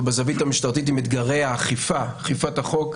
או בזווית המשטרתית עם אתגרי אכיפת החוק,